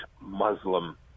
muslim